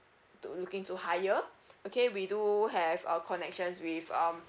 to looking to hire okay we do have our connections with um